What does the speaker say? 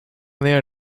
ner